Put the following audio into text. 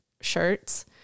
shirts